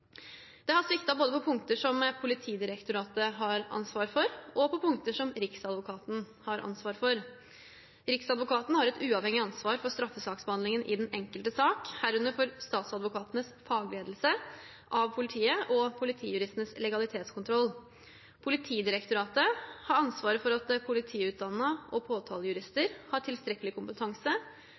Det har sviktet både på punkter som Politidirektoratet har ansvar for, og på punkter som Riksadvokaten har ansvar for. Riksadvokaten har et uavhengig ansvar for straffesaksbehandlingen i den enkelte sak, herunder for statsadvokatenes fagledelse av politiet og politijuristenes legalitetskontroll. Politidirektoratet har ansvaret for at politiutdannede og påtalejurister har tilstrekkelig kompetanse,